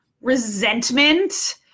resentment